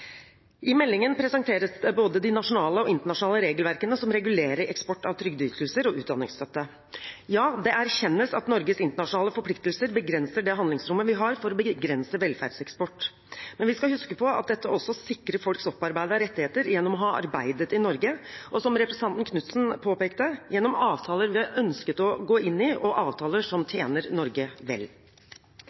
I meldingen presenteres både de nasjonale og internasjonale regelverkene som regulerer eksport av trygdeytelser og utdanningsstøtte. Ja, det erkjennes at Norges internasjonale forpliktelser begrenser det handlingsrommet vi har for å begrense velferdseksport, men vi skal huske på at dette også sikrer folks opparbeidede rettigheter gjennom å ha arbeidet i Norge, og som representanten Knutsen påpekte, gjennom avtaler vi har ønsket å gå inn i, og avtaler som tjener Norge vel.